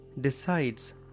decides